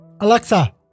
Alexa